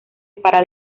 para